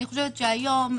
אני חושבת שהיום,